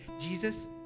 Jesus